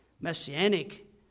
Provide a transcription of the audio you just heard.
messianic